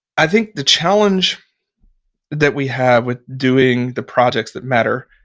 i think the challenge that we have with doing the projects that matter,